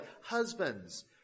Husbands